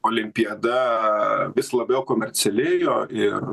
olimpiada vis labiau komercialėjo ir